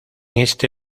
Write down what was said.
este